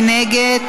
מי נגד?